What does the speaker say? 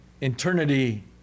Eternity